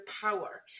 power